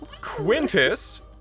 Quintus